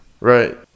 Right